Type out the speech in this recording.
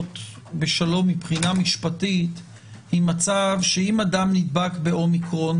בשלום מבחינה משפטית עם מצב שאם אדם נדבק באומיקרון